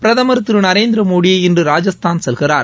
பிரதமர் திரு நரேந்திர மோடி இன்று ராஜஸ்தான் செல்கிறார்